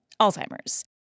Alzheimer's